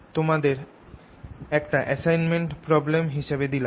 এটা তোমাদের একটা এসাইনমেন্ট প্রব্লেম হিসেবে দিলাম